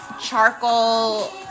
charcoal